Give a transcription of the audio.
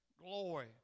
Glory